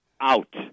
out